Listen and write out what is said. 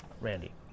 randy